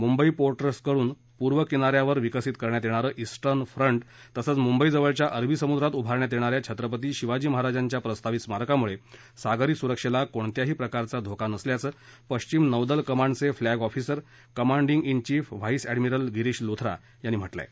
Mumbai port ट्रस्टकडून पूर्व किना यावर विकसित करण्यात येणारं ईस्टर्न फ्रंट तसंच मुंबईजवळच्या अरबी समुद्रात उभारण्यात येणाऱ्या छत्रपती शिवाजी महाराजांच्या प्रस्तावित स्मारकामुळे सागरी सुरक्षेला कोणत्याही प्रकारचा धोका नसल्याचं पश्चिम नौदल कमांडचे फ्लॅग ऑफिसर कमांडिंग त chief vice admiral Girish Luthra यांनी म्हटलं आहे